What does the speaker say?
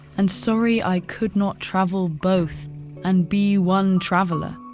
and sorry i could not travel both and be one traveler,